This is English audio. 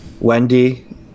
Wendy